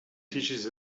teaches